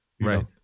Right